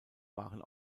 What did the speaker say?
waren